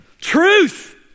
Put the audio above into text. Truth